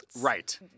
Right